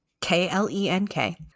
K-L-E-N-K